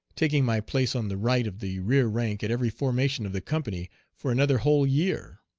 taking my place on the right of the rear rank at every formation of the company for another whole year.